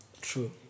True